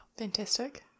Fantastic